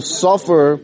suffer